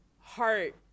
Heart